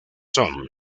son